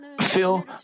feel